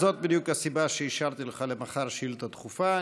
זאת בדיוק הסיבה שאישרתי לך למחר שאילתה דחופה.